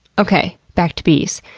okay, back to bees.